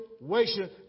situation